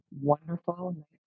wonderful